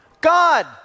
God